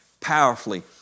powerfully